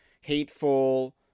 hateful